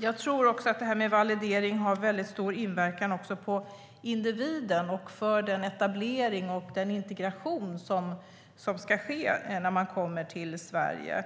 Jag tror också att validering har stor inverkan på individen och den etablering och den integration som ska ske när man kommer till Sverige.